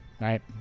right